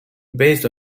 based